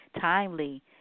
timely